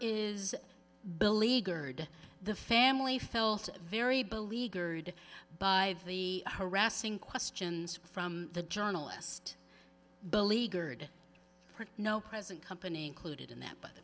is beleaguered the family felt very beleaguered by the harassing questions from the journalist beleaguered print no present company included in that b